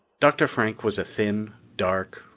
dr. frank was a thin, dark,